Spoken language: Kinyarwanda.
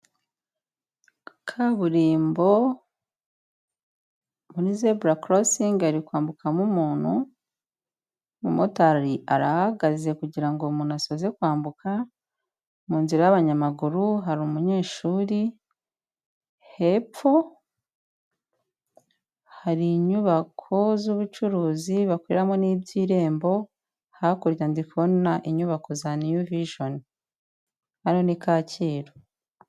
Kaburimbo muri zebura korosingi hari kwambukamo umuntu, umumotari arahagaze kugira ngo umuntu asoze kwambuka, mu nzira y'abanyamaguru hari umunyeshuri, hepfo hari inyubako z'ubucuruzi bakoreramo n'iby'irembo, hakurya ndi kubona inyubako za niyu vijeni, hano ni Kacyiru.